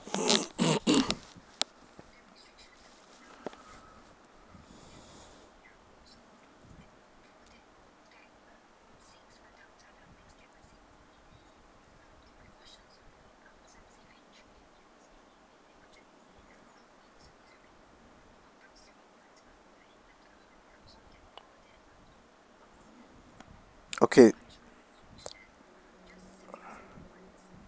okay